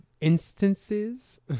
instances